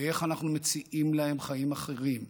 ואיך אנחנו מציעים להם חיים אחרים,